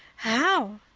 how?